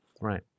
Right